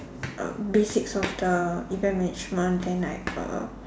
uh basics of the event management then like uh